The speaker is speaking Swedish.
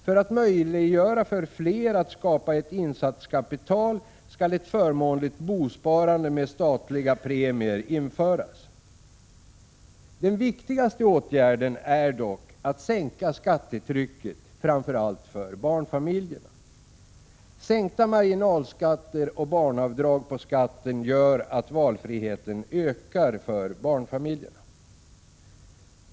För att möjliggöra för fler att skapa ett insatskapital skall ett förmånligt bosparande med statliga premier införas. Den viktigaste åtgärden är dock att sänka skattetrycket framför allt för barnfamiljerna. Sänkta marginalskatter och barnavdrag på skatten gör att valfriheten ökar för dessa familjer.